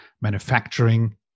manufacturing